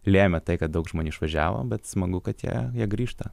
lėmė tai kad daug žmonių išvažiavo bet smagu kad jie jie grįžta